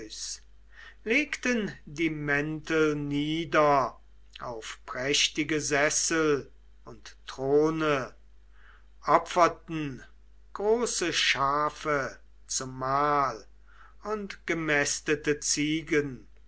legten die mäntel nieder auf prächtige sessel und throne opferten große schafe zum mahl und gemästete ziegen